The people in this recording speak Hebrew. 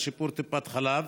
לשיפור טיפת חלב?